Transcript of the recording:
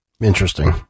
Interesting